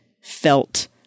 felt